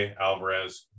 Alvarez